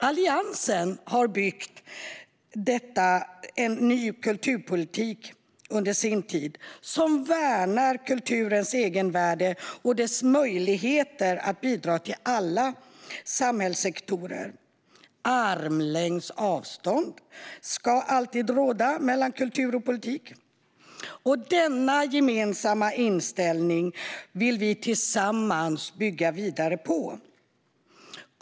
Alliansen har under sin tid byggt en ny kulturpolitik som värnar kulturens egenvärde och dess möjligheter att bidra till alla samhällssektorer. Armlängds avstånd ska alltid råda mellan kultur och politik. Denna gemensamma inställning vill vi tillsammans bygga vidare på.